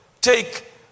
take